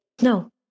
No